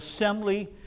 assembly